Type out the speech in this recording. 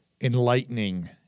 enlightening